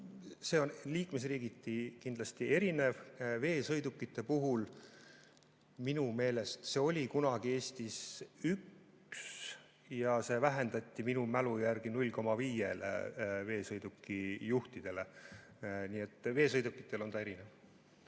See on liikmesriigiti kindlasti erinev. Veesõidukite puhul minu meelest oli see kunagi Eestis 1 ja see vähendati minu mälu järgi 0,5‑le veesõidukijuhtide puhul. Nii et veesõidukite puhul on see erinev.